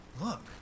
Look